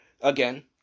Again